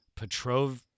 Petrov